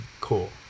cool